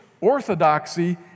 orthodoxy